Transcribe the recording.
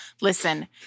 Listen